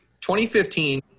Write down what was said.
2015